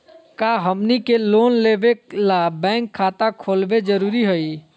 का हमनी के लोन लेबे ला बैंक खाता खोलबे जरुरी हई?